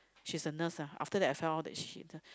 she is a nurse ah after that I found out she is the